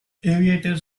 aviators